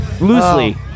Loosely